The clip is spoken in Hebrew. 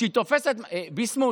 ביסמוט,